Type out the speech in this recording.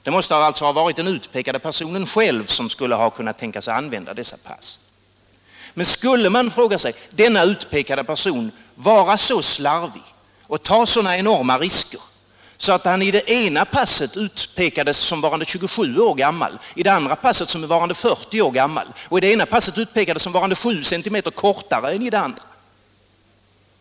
Det måste alltså ha varit den utpekade personen själv som skulle ha kunnat tänkas använda dessa pass. Men man frågar sig om denna utpekade person skulle vara så slarvig och ta sådana enorma risker att han i det ena passet utpekades såsom varande 27 år gammal och i det andra passet såsom varande 40 år gammal och vidare i det ena passet utpekades såsom varande 7 cm kortare än i det andra.